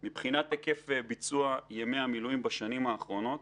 מבחינת היקף ביצוע ימי המילואים השנים האחרונות,